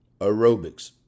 Aerobics